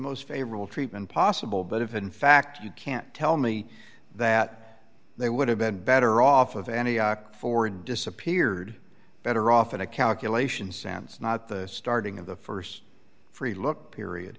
most favorable treatment possible but if in fact you can't tell me that they would have been better off of any forward disappeared better off in a calculation sense not the starting of the st free look period